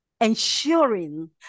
ensuring